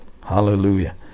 Hallelujah